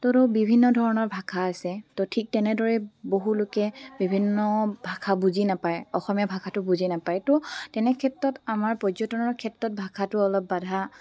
তো তো বিভিন্ন ধৰণৰ ভাষা আছে তো ঠিক তেনেদৰে বহুলোকে বিভিন্ন ভাষা বুজি নাপায় অসমীয়া ভাষাটো বুজি নাপায় তো তেনেক্ষেত্ৰত আমাৰ পৰ্যটনৰ ক্ষেত্ৰত ভাষাটো অলপ বাধা